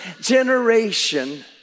generation